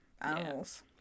animals